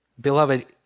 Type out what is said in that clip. Beloved